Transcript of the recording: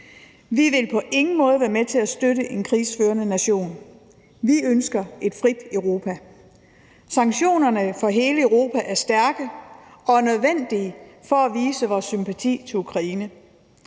Vi vil på ingen måde være med til at støtte en krigsførende nation. Vi ønsker et frit Europa. Sanktionerne fra hele Europa er stærke og nødvendige for at vise vores sympati over for Ukraine.